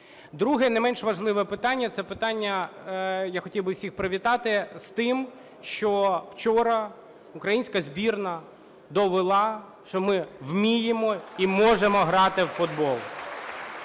Друге не менш важливе питання – це питання, я хотів би всіх привітати з тим, що вчора українська збірна довела, що ми вміємо і можемо грати у футбол.